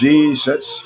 Jesus